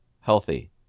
healthy